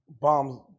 bombs